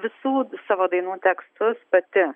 visų savo dainų tekstus pati